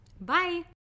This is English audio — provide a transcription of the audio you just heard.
Bye